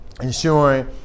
ensuring